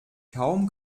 kaum